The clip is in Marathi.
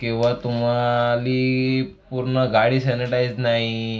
किंवा तुम्हाली पूर्ण गाडी सॅनेटाईझ नाही